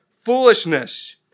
foolishness